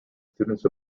students